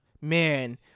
Man